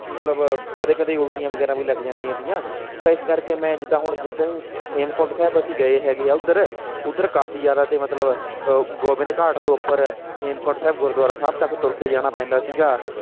ਮਤਲਬ ਕਦੇ ਕਦੇ ਉਲਟੀਆਂ ਵਗੈਰਾ ਵੀ ਲੱਗ ਜਾਂਦੀਆਂ ਤੀਆਂ ਤਾਂ ਇਸ ਕਰਕੇ ਮੈਂ ਜਿੱਦਾਂ ਹੁਣ ਜਿੱਦਾਂ ਹੀ ਹੇਮਕੁੰਟ ਸਾਹਿਬ ਅਸੀਂ ਗਏ ਹੈਗੇ ਆ ਉੱਧਰ ਉੱਧਰ ਕਾਫ਼ੀ ਜ਼ਿਆਦਾ ਤੇ ਮਤਲਬ ਗੋਬਿੰਦ ਘਾਟ ਤੋਂ ਉੱਪਰ ਹੇਮਕੁੰਟ ਸਾਹਿਬ ਗੁਰਦੁਆਰਾ ਸਾਹਿਬ ਤੱਕ ਤੁਰ ਕੇ ਜਾਣਾ ਪੈਂਦਾ ਸੀਗਾ